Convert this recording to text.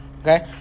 Okay